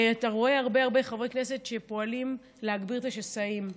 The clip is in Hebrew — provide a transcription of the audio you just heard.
אתה רואה הרבה הרבה חברי כנסת שפועלים להגביר את השסעים.